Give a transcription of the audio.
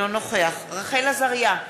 אינו נוכח רחל עזריה,